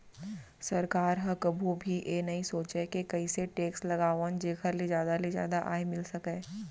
सरकार ह कभू भी ए नइ सोचय के कइसे टेक्स लगावन जेखर ले जादा ले जादा आय मिल सकय